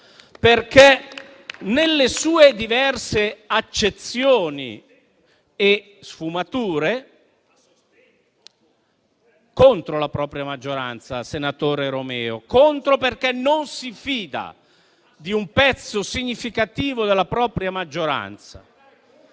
nelle sue diverse accezioni e sfumature... *(Commenti).* Contro la propria maggioranza, senatore Romeo, perché non si fida di un pezzo significativo della propria maggioranza.